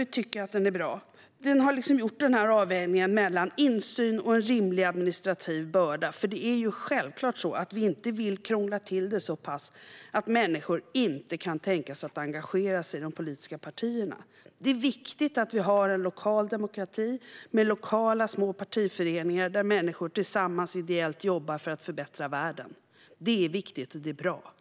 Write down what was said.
Vi tycker att den är bra. Den innebär en avvägning mellan insyn och en rimlig administrativ börda. Det är nämligen självklart att vi inte vill krångla till det så pass att människor inte kan tänka sig att engagera sig i de politiska partierna. Det är viktigt att vi har en lokal demokrati med lokala, små partiföreningar där människor jobbar tillsammans och ideellt för att förbättra världen. Det är viktigt och bra, och